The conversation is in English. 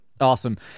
Awesome